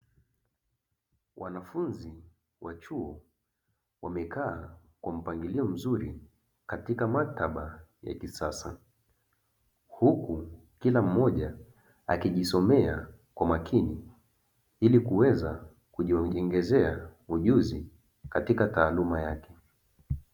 Wanafunzi wa chuo wamekaa kwa mpangilio mzuri katika maktaba ya kisasa. Huku kila mmoja akijisomea kwa makini, ili kuweza kujiongezea ujuzi katika taaluma yake.